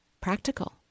practical